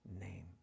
name